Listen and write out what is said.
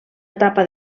etapa